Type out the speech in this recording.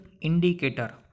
indicator